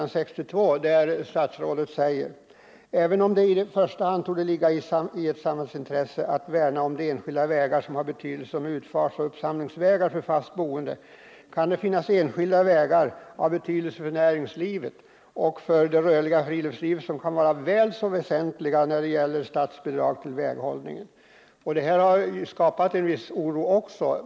9 s. 62, där statsrådet säger: ”Även om det i första hand torde ligga i samhällets intresse att värna om de enskilda vägar som har betydelse som utfartsoch uppsamlingsvägar för fast boende kan det finnas enskilda vägar av betydelse för näringslivet och det rörliga friluftslivet som kan vara väl så väsentliga när det gäller statsbidrag till väghållningen.” Detta har också skapat en viss oro.